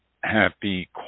Happy